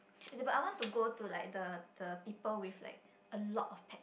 but I want to go to like the the people with like a lot of pet